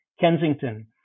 Kensington